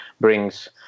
brings